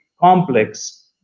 complex